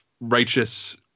righteous